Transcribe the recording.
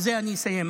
בזה אני אסיים,